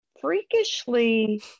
freakishly